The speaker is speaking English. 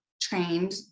trained